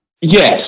Yes